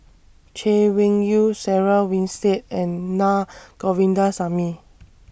Chay Weng Yew Sarah Winstedt and Naa Govindasamy